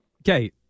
okay